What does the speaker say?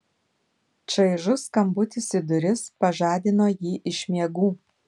čaižus skambutis į duris pažadino jį iš miegų